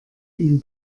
ihm